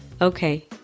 Okay